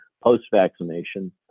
post-vaccination